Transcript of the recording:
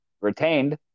retained